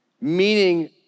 meaning